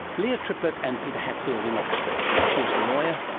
leah trueblood and peter hatfield in oxford. she's a lawyer,